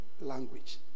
language